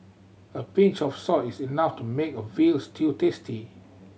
a pinch of salt is enough to make a veal stew tasty